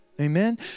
Amen